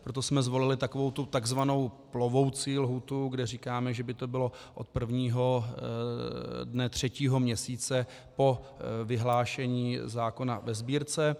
Proto jsme zvolili takzvanou plovoucí lhůtu, kde říkáme, že by to bylo od prvního dne třetího měsíce po vyhlášení zákona ve Sbírce.